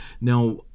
Now